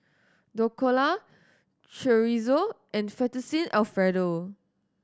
Dhokla Chorizo and Fettuccine Alfredo